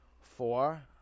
four